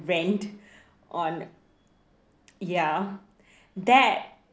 rant on ya that